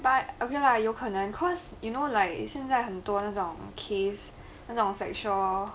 but okay lah 有可能 cause you know like 现在很多那种 case 那种 sexual